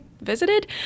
visited